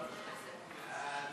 ההצעה להעביר